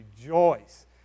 rejoice